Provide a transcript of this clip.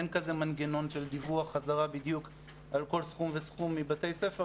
אין מנגנון של דיווח חזרה בדיוק על כל סכום וסכום מבתי הספר,